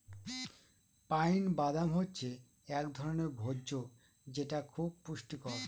pine বাদাম হচ্ছে এক ধরনের ভোজ্য যেটা খুব পুষ্টিকর